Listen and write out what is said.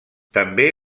també